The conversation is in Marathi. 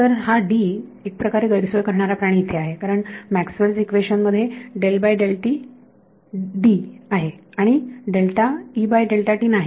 तर हा एक प्रकारे गैरसोय करणारा प्राणी इथे आहे कारण मॅक्सवेल इक्वेशनMaxwell's equation मध्ये आहे आणि नाही